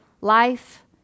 life